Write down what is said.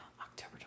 October